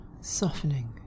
softening